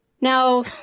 Now